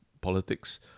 politics